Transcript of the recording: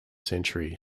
century